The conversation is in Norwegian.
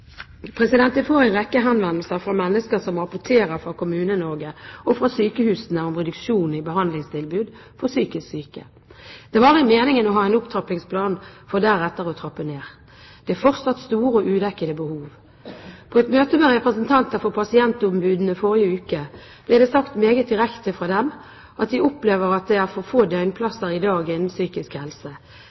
får en rekke henvendelser fra mennesker som rapporterer fra Kommune-Norge og fra sykehusene om reduksjon i behandlingstilbud for psykisk syke. Det var aldri meningen å ha en opptrappingsplan for deretter å trappe ned. Det er fortsatt store og udekkede behov. På et møte med representanter for pasientombudene forrige uke ble det sagt meget direkte fra dem at de opplever at det er for få døgnplasser i dag innen psykisk helse.